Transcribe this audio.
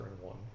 one